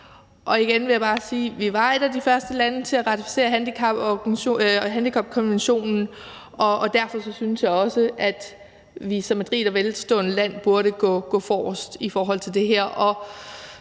Og igen vil jeg bare sige, at Danmark var et af de første lande til at ratificere handicapkonventionen, og derfor synes jeg også, at vi som et rigt og velstående land burde gå forrest i forhold til det her